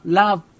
love